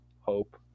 hope